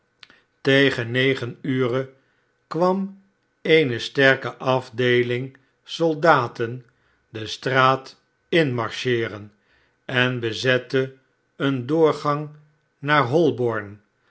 tegen negen ure kwam eene sterke afdeeling soldaten de straat inmarcheeren en bezette een doorgarig naar h